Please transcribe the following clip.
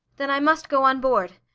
then i must go on board.